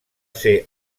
ser